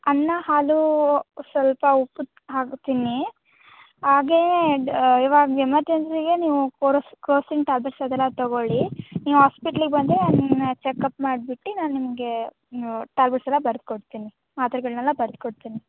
ಅನ್ನ ಹಾಲು ಸ್ವಲ್ಪ ಉಪ್ಪು ಹಾಕಿ ತಿನ್ನಿ ಹಾಗೆಯೇ ಇವಾಗ ಎಮರ್ಜೆನ್ಸಿಗೆ ನೀವು ಕೊರೊ ಕ್ರೋಸಿನ್ ಟ್ಯಾಬ್ಲೆಟ್ಸ್ ಅದೆಲ್ಲ ತಗೊಳಿ ನೀವು ಹಾಸ್ಪಿಟ್ಲಿಗೆ ಬಂದರೆ ನಾನು ಚೆಕ್ಕಪ್ ಮಾಡಿಬಿಟ್ಟು ನಾನು ನಿಮಗೆ ಟ್ಯಾಬ್ಲೆಟ್ಸೆಲ್ಲ ಬರ್ದ್ಕೊಡ್ತೀನಿ ಮಾತ್ರೆಗಳನ್ನೆಲ್ಲ ಬರ್ದ್ಕೊಡ್ತೀನಿ